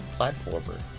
platformer